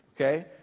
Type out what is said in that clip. Okay